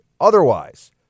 otherwise